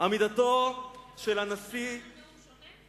יכול להיות ששמענו נאום שונה?